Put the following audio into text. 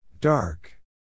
Dark